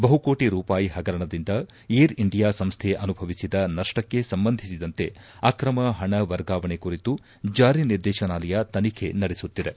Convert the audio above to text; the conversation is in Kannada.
ಬಹುಕೋಟಿ ರೂಪಾಯಿ ಪಗರಣದಿಂದ ಏರ್ ಇಂಡಿಯಾ ಸಂಸ್ಥೆ ಅನುಭವಿಸಿದ ನಷ್ಟಕ್ಕೆ ಸಂಬಂಧಿಸಿದಂತೆ ಅಕ್ರಮ ಪಣ ವರ್ಗಾವಣೆ ಕುರಿತು ಜಾರಿ ನಿರ್ದೇಶನಾಲಯ ತನಿಖೆ ನಡೆಸುತ್ತಿದೆ